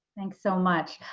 thanks so much.